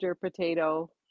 Potato